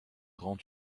rangs